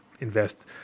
invest